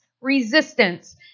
resistance